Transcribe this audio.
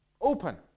Open